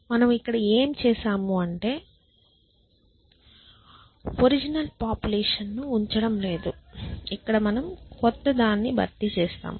మనము ఇక్కడ ఏమి చేసాము అంటే ఒరిజినల్ పాపులేషన్ ఉంచడం లేదు ఇక్కడ మనం క్రొత్తదాన్ని భర్తీ చేస్తాము